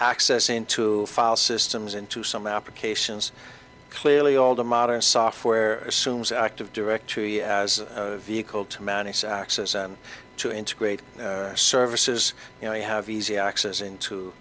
access into file systems into some applications clearly all the modern software assumes active directory as a vehicle to manny's access and to integrate services you know you have easy access into